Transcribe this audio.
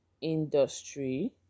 industry